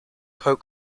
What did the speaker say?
coat